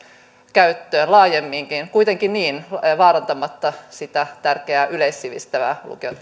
käyttöön laajemminkin kuitenkaan vaarantamatta sitä tärkeää yleissivistävää lukion